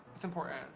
it's important,